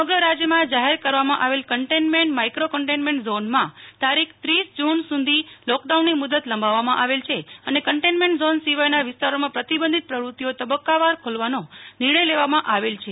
સમગ્ર રાજ્યમાં જાહેર કરવામાં આવેલ કન્ટેમેન્ટમાઈક્રો કન્ટેનમેન્ટ ઝોનમાં મુદત લંબાવવામાં આવેલ છે અને કન્ટેનમેન્ટ ઝોન સિવાયના વિસ્તારોમાં પ્રતિબંધિત પ્રવૃતિઓ તબક્કાવાર ખોલવાનો નિર્ણય લેવામાં આવેલ છે